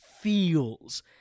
feels